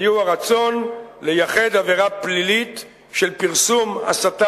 היו הרצון לייחד עבירה פלילית של פרסום הסתה